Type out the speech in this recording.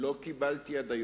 עד היום לא קיבלתי תשובה.